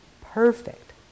perfect